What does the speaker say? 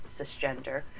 cisgender